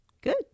Good